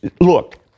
Look